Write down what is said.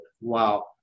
wow